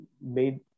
made